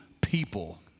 people